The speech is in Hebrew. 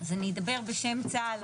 אז אני אדבר בשם צה"ל,